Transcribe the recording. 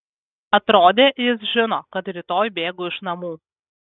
atrodė jis žino kad rytoj bėgu iš namų